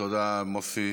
תודה, מוסי.